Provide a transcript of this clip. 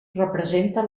representa